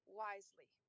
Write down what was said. wisely